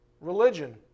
religion